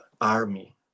army